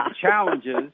challenges